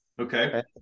Okay